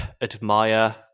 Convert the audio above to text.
admire